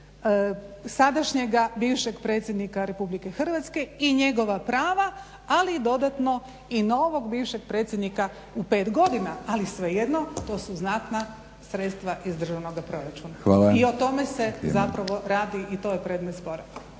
sadašnjega bivšeg predsjednika RH i njegova prava ali dodatno i novog bivšeg predsjednika u pet godina ali svejedno to su znatna sredstva iz državnog proračuna i o tome se zapravo radi i to je predmet spora.